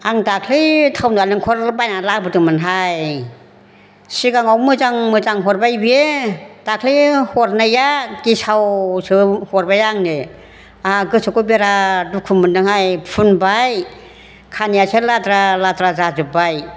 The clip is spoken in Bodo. आं दाखालि थाव नारेंखल बायनानै लाबोदोंमोनहाय सिगाङाव मोजां मोजां हरबाय बियो दाखालि हरनाया गेसावसो हरबाय आंनो आंहा गोसोखौ बिराद दुखु मोनदोंहाय फुनबाय खानायासो लाद्रा लाद्रा जाजोब्बाय